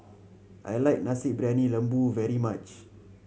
I like Nasi Briyani Lembu very much